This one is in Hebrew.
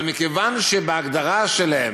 אבל מכיוון שבהגדרה שלהן,